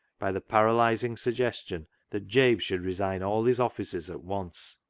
by the paralysing suggestion that jabe should resign all his offices at once.